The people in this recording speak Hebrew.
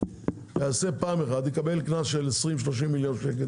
יקבל קנס של 20, 30 מיליון שקל